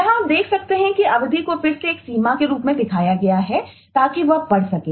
यहां आप देख सकते हैं कि अवधि को फिर से एक सीमा के रूप में दिखाया गया है ताकि वह पढ़ सके